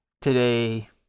today